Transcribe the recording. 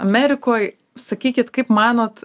amerikoj sakykit kaip manot